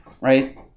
right